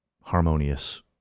harmonious